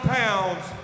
pounds